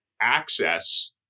access